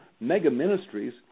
mega-ministries